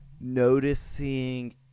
noticing